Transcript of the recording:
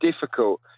difficult